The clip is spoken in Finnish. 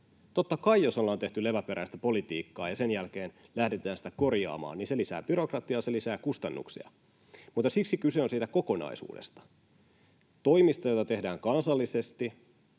Totta kai, jos ollaan tehty leväperäistä politiikkaa ja sen jälkeen lähdetään sitä korjaamaan, se lisää byrokratiaa ja se lisää kustannuksia. Mutta siksi kyse on siitä kokonaisuudesta: toimista, joita tehdään kansallisesti,